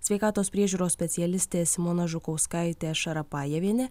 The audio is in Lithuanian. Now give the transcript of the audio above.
sveikatos priežiūros specialistė simona žukauskaitė šarapajevienė